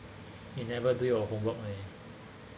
you never do your homework leh